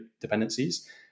dependencies